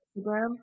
instagram